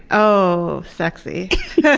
oh. sexy. yeah